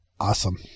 awesome